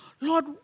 Lord